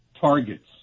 targets